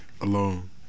alone